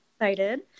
excited